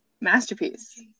Masterpiece